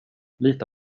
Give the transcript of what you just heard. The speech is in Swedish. lita